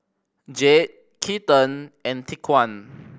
Jayde Keaton and Tyquan